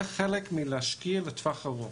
זה חלק מהשקעה לטווח ארוך.